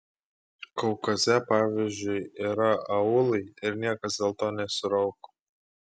kaukaze pavyzdžiui yra aūlai ir niekas dėl to nesirauko